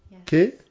Okay